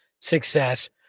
success